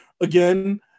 again